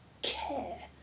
care